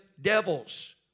devils